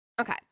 okay